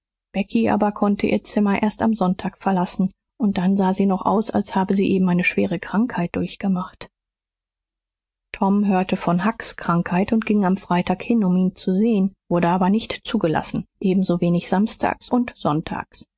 becky aber konnte ihr zimmer erst am sonntag verlassen und dann sah sie noch aus als habe sie eben eine schwere krankheit durchgemacht tom hörte von hucks krankheit und ging am freitag hin um ihn zu sehen wurde aber nicht zugelassen ebensowenig samstags und sonntags